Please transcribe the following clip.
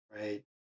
right